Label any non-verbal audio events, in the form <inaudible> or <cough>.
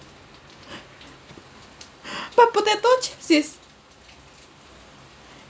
<laughs> but potato chips is